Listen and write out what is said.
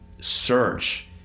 search